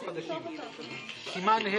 כבוד השרים,